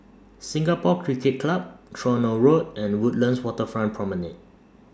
Singapore Cricket Club Tronoh Road and Woodlands Waterfront Promenade